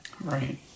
right